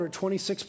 26%